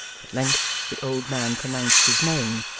at length, the old man pronounced his name,